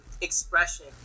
expression